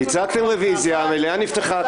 הצגתם רביזיה, המליאה נפתחה.